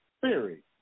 theory